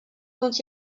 dont